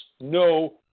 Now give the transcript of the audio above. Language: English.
no